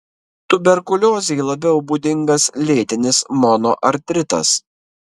tuberkuliozei labiau būdingas lėtinis monoartritas